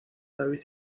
david